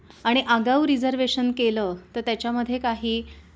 आणि आगाऊ रिझर्वेशन केलं तर त्याच्यामध्ये काही